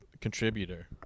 contributor